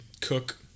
cook